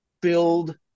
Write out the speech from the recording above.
build